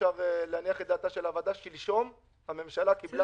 אפשר להניח את דעתה של הוועדה שלשום הממשלה קיבלה החלטה.